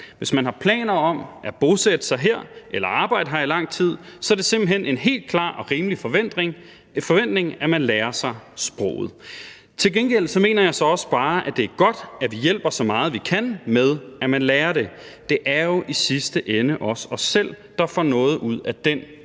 Hvis man har planer om at bosætte sig her eller arbejde her i lang tid, er det simpelt hen en helt klar og rimelig forventning, at man lærer sig sproget. Til gengæld mener jeg så også bare, at det er godt, at vi hjælper så meget, vi kan, med, at man lærer det. Det er jo i sidste ende også os selv, der får noget ud af den